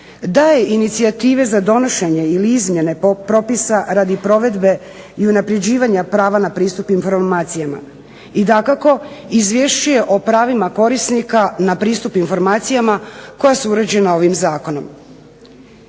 daje inicijative za donošenje ili izmjene propisa radi provedbe i unapređivanja prava na pristup informacijama. I dakako, izvješćuje o pravima korisnika na pristup informacijama koja su uređena ovim zakonom.